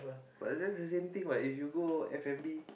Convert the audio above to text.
but is just the same thing what if you go F-and-B